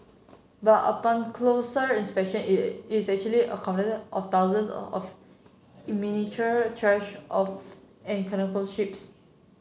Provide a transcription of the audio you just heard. but upon closer inspection it is actually a of thousands of miniature trash of and ships